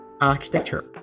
architecture